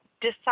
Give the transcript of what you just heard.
decide